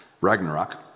Ragnarok